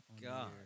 God